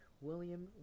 William